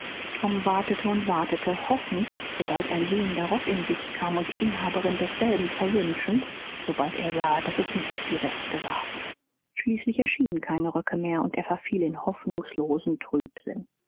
tom wartete und wartete hoffend sobald ein wehender rock in sicht kam und die inhaberin desselben verwünschend sobald er sah daß es nicht die rechte war schließlich erschienen keine röcke mehr und er verfiel in hoffnungslosen trübsinn